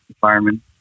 fireman